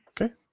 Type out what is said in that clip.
okay